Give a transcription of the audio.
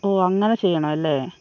ഓ അങ്ങനെ ചെയ്യണം അല്ലേ